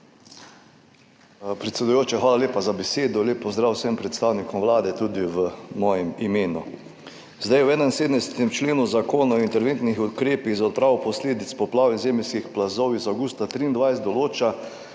Predsedujoča, hvala lepa za besedo. Lep pozdrav vsem predstavnikom Vlade tudi v mojem imenu! V 71. členu Zakon o interventnih ukrepih za odpravo posledic poplav in zemeljskih plazov iz avgusta 2023 določa,